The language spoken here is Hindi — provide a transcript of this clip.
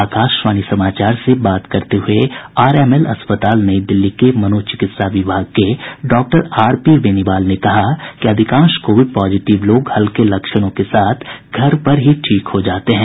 आकाशवाणी समाचार से बात करते हुए आरएमएल अस्पताल नई दिल्ली के मनोचिकित्सा विभाग के डॉक्टर आरपी बेनीवाल ने कहा कि अधिकांश कोविड पॉजिटिव लोग हल्के लक्षणों के साथ घर पर ठीक हो जाते हैं